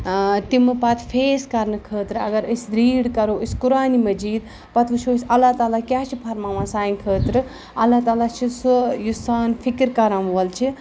تمہٕ پَتہٕ فیس کَرنہٕ خٲطرٕ اگر أسۍ ریٖڈ کَرو أسۍ قُرآنِ مجیٖد پَتہٕ وٕچھو یُس اللہ تعالیٰ کیٛاہ چھِ فرماوان سانہِ خٲطرٕ اللہ تعالیٰ چھِ سُہ یُس سان فِکِر کَرَن وول چھِ